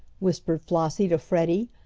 whispered flossie to freddie.